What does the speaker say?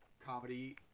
comedy